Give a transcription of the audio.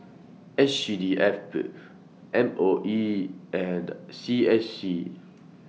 S C D F M O E and C S C